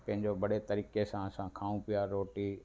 पंहिंजो बढ़िया तरीक़े सां असां खाऊं पिया रोटी